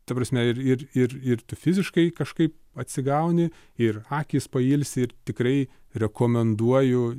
ta prasme ir ir ir ir tu fiziškai kažkaip atsigauni ir akys pailsi ir tikrai rekomenduoju